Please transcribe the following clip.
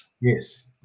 Yes